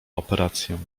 operację